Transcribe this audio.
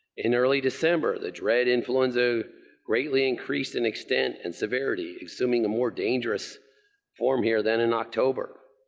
in early december, the dread influenza greatly increased in extent and severity assuming the more dangerous form here than in october.